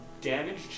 damaged